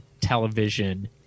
television